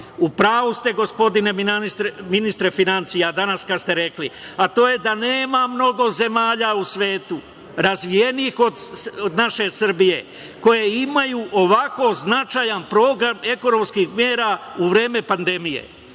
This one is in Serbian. pravu ste gospodine ministre finansija danas kad ste rekli, a to je da nema mnogo zemalja u svetu razvijenijih od naše Srbije koje imaju ovako značajan program ekonomskih mera u vreme pandemije.